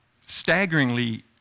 staggeringly